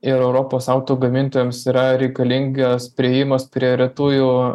ir europos auto gamintojams yra reikalingas priėjimas prie retųjų